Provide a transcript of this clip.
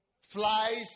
flies